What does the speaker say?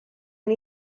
and